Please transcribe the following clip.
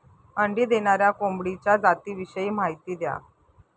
अंडी देणाऱ्या कोंबडीच्या जातिविषयी माहिती द्या